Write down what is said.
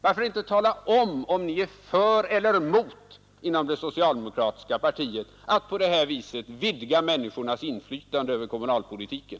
Varför inte tala om ifall ni inom det socialdemokratiska partiet är för eller emot att på detta sätt vidga människornas inflytande över kommunalpolitiken!